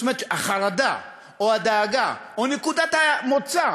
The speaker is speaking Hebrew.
זאת אומרת, החרדה או הדאגה או נקודת המוצא